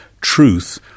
truth